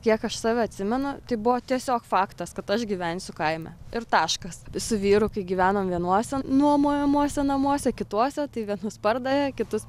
kiek aš save atsimenu tai buvo tiesiog faktas kad aš gyvensiu kaime ir taškas su vyru kai gyvenom vienuose nuomojamuose namuose kituose tai vienus pardavė kitus